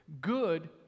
Good